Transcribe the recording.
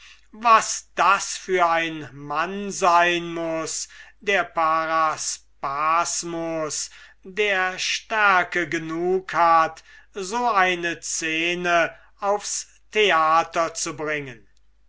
was das für ein mann sein muß der paraspasmus der stärke genug hatte so eine scene aufs theater zu bringen